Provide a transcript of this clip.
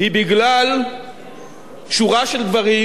היא בגלל שורה של דברים,